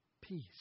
Peace